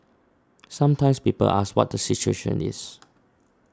sometimes people ask what the situation is